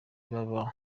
baba